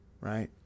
right